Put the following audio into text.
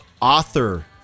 author